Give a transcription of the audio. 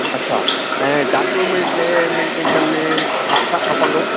अच्छा ऐं documentation में छा छा खपंदो